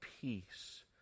peace